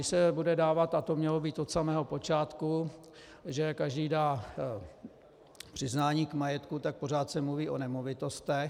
Když se bude dávat, a to mělo být od samého počátku, že každý dá přiznání k majetku, tak pořád se mluví o nemovitostech.